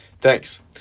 Thanks